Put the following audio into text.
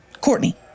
Courtney